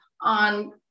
on